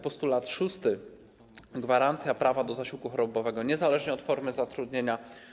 Postulat szósty: gwarancja prawa do zasiłku chorobowego niezależnie od formy zatrudnienia.